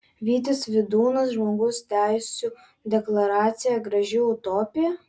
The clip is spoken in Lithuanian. vytis vidūnas žmogaus teisų deklaracija graži utopija